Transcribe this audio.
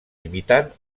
imitant